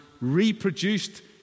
reproduced